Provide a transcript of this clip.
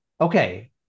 Okay